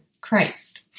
Christ